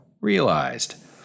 realized